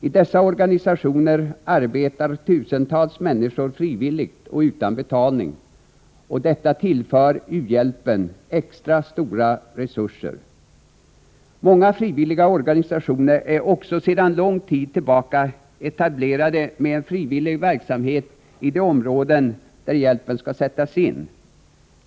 I dessa organisationer arbetar tusentals människor frivilligt och utan betalning, och detta tillför u-hjälpen stora extra resurser. Många frivilliga organisationer är också sedan lång tid tillbaka etablerade med en frivillig verksamhet i de områden där hjälpen skall sättas in.